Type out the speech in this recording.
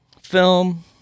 film